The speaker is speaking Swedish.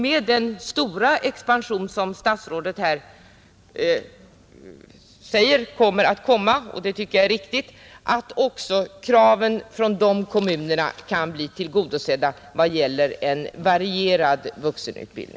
Med den stora expansion som kommer — enligt vad statsrådet här säger — tycker jag det vore riktigt att också kraven från dessa kommuner på differentierad vuxenutbildning blir tillgodosedda.